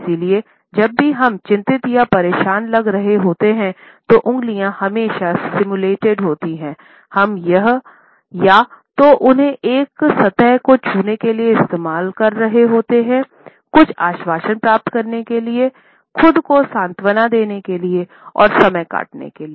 इसलिए जब भी हम चिंतित या परेशान लग रहे होते है तो उंगलियों हमेशा सिमुलेटेड होती हैं हम या तो उन्हें एक सतह को छूने के लिए इस्तेमाल कर रहे होते हैं कुछ आश्वासन प्राप्त करने के लिए खुद को सांत्वना देने के लिए और समय काटने के लिए